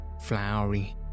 flowery